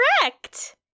correct